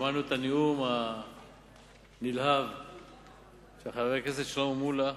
שמענו את הנאום הנלהב של חבר הכנסת שלמה מולה,